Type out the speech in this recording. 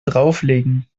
drauflegen